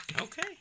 Okay